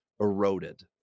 eroded